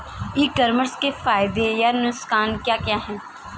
ई commerce के फायदे या नुकसान क्या क्या हैं?